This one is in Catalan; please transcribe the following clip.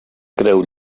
creu